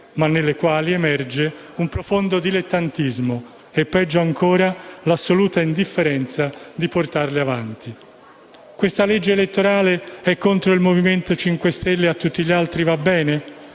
ma nelle quali emerge un profondo dilettantismo e, peggio ancora, l'assoluta indifferenza di portarle avanti. Questa legge elettorale è contro il Movimento 5 Stelle e a tutti gli altri va bene?